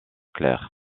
clair